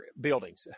buildings